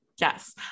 Yes